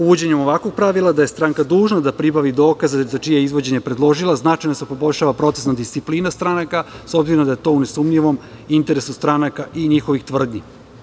Uvođenjem ovakvog pravila, da je stranka dužna da pribavi dokaze za čije je izvođenje predložila, značajno se poboljšava procesna disciplina stranaka, s obzirom da je to u nesumnjivom interesu stranaka i njihovih tvrdnji.